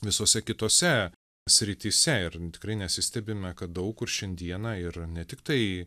visose kitose srityse ir tikrai nesistebime kad daug kur šiandieną ir ne tiktai